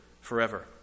forever